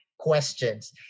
questions